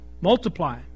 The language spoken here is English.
multiply